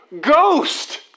Ghost